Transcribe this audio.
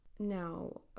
Now